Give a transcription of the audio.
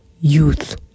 youth